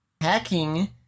hacking